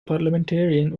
parliamentarian